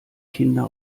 kinder